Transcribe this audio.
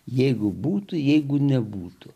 jeigu būtų jeigu nebūtų